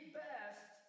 best